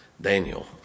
Daniel